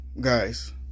guys